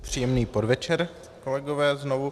Příjemný podvečer, kolegové, znovu.